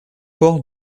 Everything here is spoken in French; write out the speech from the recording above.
ports